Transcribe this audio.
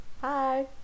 hi